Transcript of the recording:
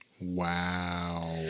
Wow